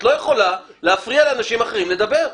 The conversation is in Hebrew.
את לא יכולה להפריע לאנשים אחרים לדבר.